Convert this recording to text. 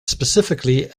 specifically